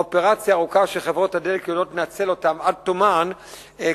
אופרציה ארוכה שחברות הדלק יודעות לנצל עד תומה כדי